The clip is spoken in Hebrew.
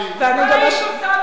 מה היית עושה בלעדינו?